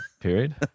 period